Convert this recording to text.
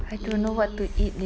if